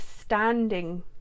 standing